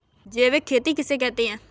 जैविक खेती किसे कहते हैं?